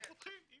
הם פותחים.